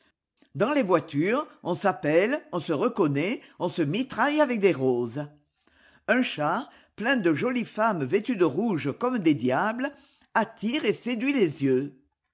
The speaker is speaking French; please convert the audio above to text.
dans les voitures on s'appelle on se reconnaît on se mitraille avec des roses un char plein de jolies femmes vêtues de rouge comme des diables attire et séduit les yeux